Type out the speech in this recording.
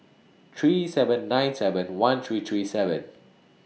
three seven nine seven one three three seven